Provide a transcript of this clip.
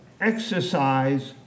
exercise